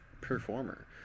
performer